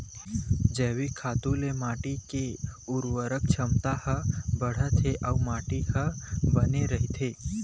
जइविक खातू ले माटी के उरवरक छमता ह बाड़थे अउ माटी ह बने रहिथे